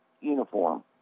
uniform